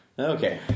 Okay